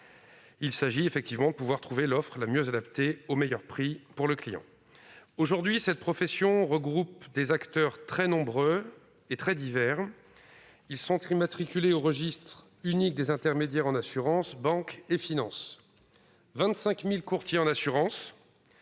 Il s'agit de trouver, pour le client, l'offre la mieux adaptée et au meilleur prix. Aujourd'hui, cette profession regroupe des acteurs très nombreux et très divers. Sont ainsi immatriculés au registre unique des intermédiaires en assurance, banque et finance 25 000 courtiers en assurances,